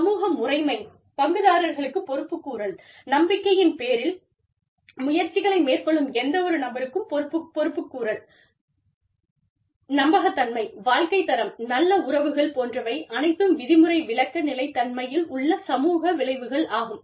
சமூக முறைமை பங்குதாரர்களுக்கு பொறுப்புக்கூறல் நம்பிக்கையின் பேரில் முயற்சிகளை மேற்கொள்ளும் எந்தவொரு நபருக்கும் பொறுப்புக்கூறல் நம்பகத்தன்மை வாழ்க்கைத் தரம் நல்ல உறவுகள் போன்றவை அனைத்தும் விதிமுறை விளக்க நிலைத்தன்மையில் உள்ள சமூக விளைவுகளாகும்